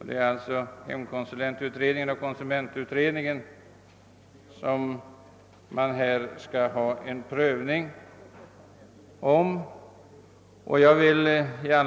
Det är alltså hemkonsulentutredningens och konsumentutredningens resultat som man här vill pröva.